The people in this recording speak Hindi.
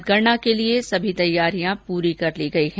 मतगणना के लिए सभी तैयारियां पूरी कर ली गई हैं